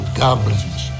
goblins